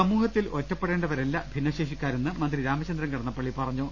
സമൂഹത്തിൽ ഒറ്റപ്പെടേണ്ടവരല്ല ഭിന്നശേഷിക്കാരെന്ന് മന്ത്രി രാമചന്ദ്രൻ കടന്നപ്പള്ളി പറഞ്ഞു